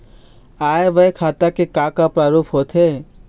आय व्यय खाता के का का प्रारूप होथे?